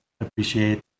appreciate